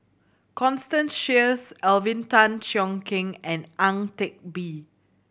Constance Sheares Alvin Tan Cheong Kheng and Ang Teck Bee